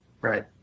Right